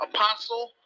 Apostle